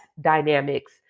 dynamics